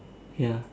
ya